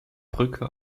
brücke